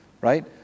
Right